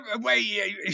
Wait